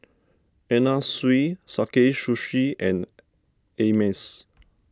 Anna Sui Sakae Sushi and Ameltz